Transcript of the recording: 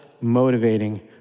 motivating